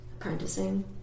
apprenticing